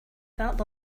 that